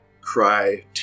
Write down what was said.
Cry